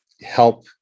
help